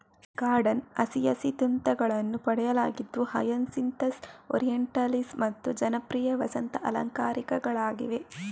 garden ಹಸಿಯಸಿಂತುಗಳನ್ನು ಪಡೆಯಲಾಗಿದ್ದು hyacinthus, orientalis ಮತ್ತು ಜನಪ್ರಿಯ ವಸಂತ ಅಲಂಕಾರಿಕಗಳಾಗಿವೆ